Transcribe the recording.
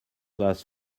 last